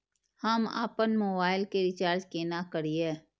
हम आपन मोबाइल के रिचार्ज केना करिए?